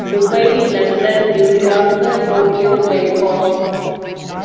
Dubai London New York Tokyo Bangkok